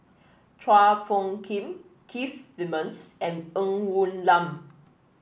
Chua Phung Kim Keith Simmons and Ng Woon Lam